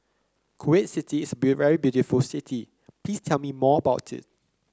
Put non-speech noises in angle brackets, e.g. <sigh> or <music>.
Kuwait City is a <unintelligible> very beautiful city please tell me more about it